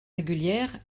régulière